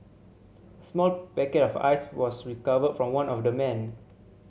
a small packet of ice was recovered from one of the men